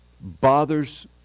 Bothers